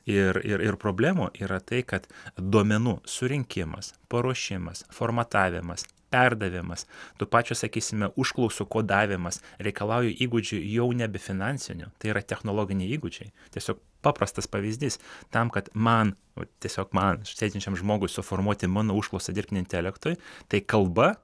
ir ir ir problemų yra tai kad duomenų surinkimas paruošimas formatavimas perdavimas to pačio sakysime užklausų kodavimas reikalauja įgūdžių jau nebe finansinių tai yra technologiniai įgūdžiai tiesiog paprastas pavyzdys tam kad man o tiesiog man sėdinčiam žmogui suformuoti mano užklausą dirbtiniui intelektui tai kalba